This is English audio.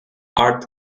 art